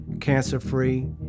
cancer-free